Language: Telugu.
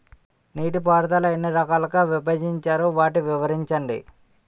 నీటిపారుదల ఎన్ని రకాలుగా విభజించారు? వాటి వివరించండి?